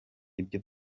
ibyo